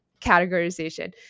categorization